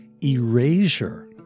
erasure